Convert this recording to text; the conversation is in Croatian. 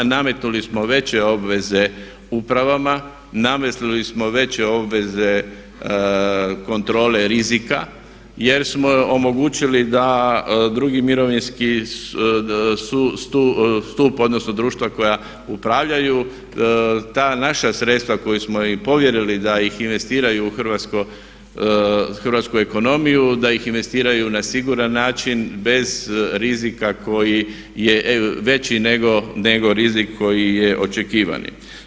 Nametnuli smo veće obveze upravama, nametnuli smo veće obveze kontrole rizika jer smo omogućili da drugi mirovinski stup odnosno društva koja upravljaju ta naša sredstva koja smo im povjerili da ih investiraju u hrvatsku ekonomiju, da ih investiraju na siguran način bez rizika koji je veći nego rizik koji je očekivani.